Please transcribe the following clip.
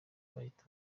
bahita